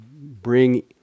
bring